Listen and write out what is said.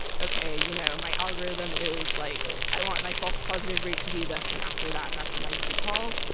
okay, you know my algorithm is like i want my false positive rate to be this, and after that, maximize recall,